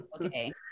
Okay